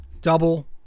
double